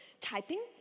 typing